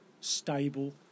stable